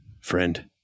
friend